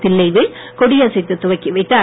தில்லைவேல் கொடி அசைத்து துவக்கி வைத்தார்